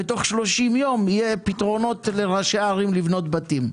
ובתוך 30 יום יהיו פתרונות לראשי ערים לבנות בתים.